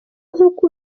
nk’uko